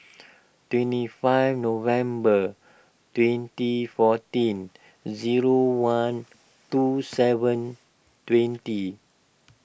twenty five November twenty fourteen zero one two seven twenty